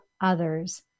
others